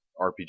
RPG